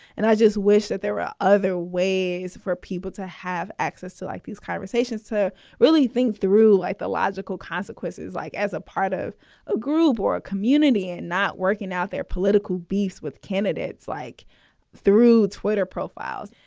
and i just wish that there are other ways for people to have access to like these conversations, to really think through like the logical consequences, like as a part of a group or a community and not working out their political beefs with candidates like through twitter profiles.